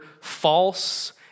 false